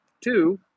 Two